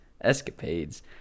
escapades